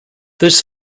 this